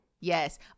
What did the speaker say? Yes